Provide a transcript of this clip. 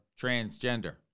transgender